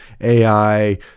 AI